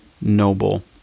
noble